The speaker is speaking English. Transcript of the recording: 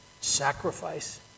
sacrifice